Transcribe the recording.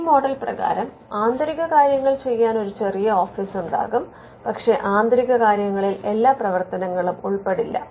ഈ മോഡൽ പ്രകാരം ആന്തരിക കാര്യങ്ങൾ ചെയ്യാൻ ഒരു ഒരു ചെറിയ ഓഫീസ് ഉണ്ടാകാം പക്ഷെ അന്തിരക കാര്യങ്ങളിൽ എല്ലാ പ്രവർത്തനങ്ങളും ഉൾപ്പെടില്ല